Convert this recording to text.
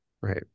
Right